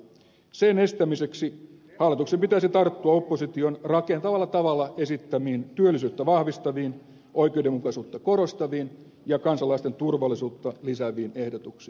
sen estämiseksi hallituksen pitäisi tarttua opposition rakentavalla tavalla esittämiin työllisyyttä vahvistaviin oikeudenmukaisuutta korostaviin ja kansalaisten turvallisuutta lisääviin ehdotuksiin